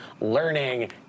learning